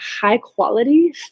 high-quality